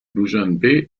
duschanbe